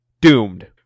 doomed